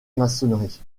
maçonnerie